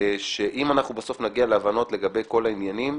אם בסוף נגיע להבנות לגבי כל העניינים,